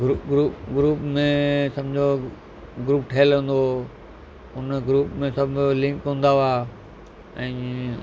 ग्रू ग्रू ग्रुप में सम्झो ग्रुप ठहियलु हूंदो हुओ उन ग्रुप में सभु लिंक हूंदा हुआ ऐं